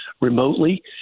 remotely